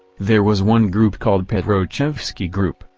there was one group called petrochevsky group,